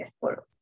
por